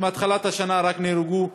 רק מתחילת השנה נהרגו,